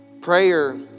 Prayer